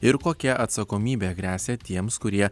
ir kokia atsakomybė gresia tiems kurie